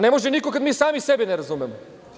Ne može niko, kada mi sami sebe ne razumemo.